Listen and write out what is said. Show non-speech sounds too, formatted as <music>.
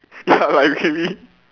ya <laughs> like really